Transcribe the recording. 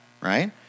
right